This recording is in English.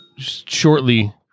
Shortly